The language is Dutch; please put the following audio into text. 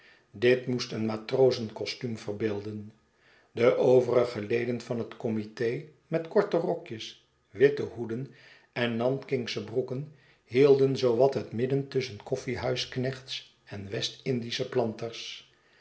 dit moest een matrozencostuum verbeelden de overige leden van het committed met korte rokjes witte hoeden en nankingsche broeken hielden zoo wat het midden tusschen koffiehuisknechts en westindische planters